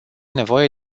nevoie